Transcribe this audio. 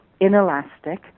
inelastic